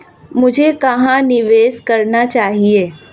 मुझे कहां निवेश करना चाहिए?